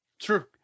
True